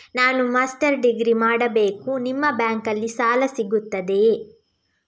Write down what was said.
ನಾನು master degree ಮಾಡಬೇಕು, ನಿಮ್ಮ ಬ್ಯಾಂಕಲ್ಲಿ ಸಾಲ ಸಿಗುತ್ತದೆಯೇ?